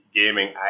gaming